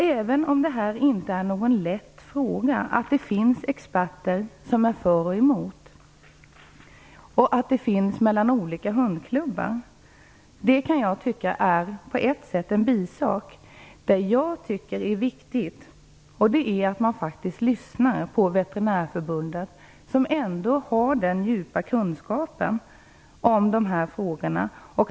Att detta inte är någon lätt fråga, att det finns experter som är för och emot och att det finns skillnader mellan olika hundklubbar tycker jag på ett sätt är en bisak. Det som jag tycker är viktigt är att man lyssnar på och beaktar inställningen från Veterinärförbundet, som ändå har den djupa kunskapen om dessa frågor.